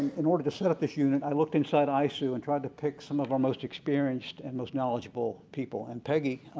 in order to set up this unit, i looked inside isoo and tried to pick some of our most experienced and most knowledgeable people. and peggy,